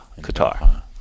Qatar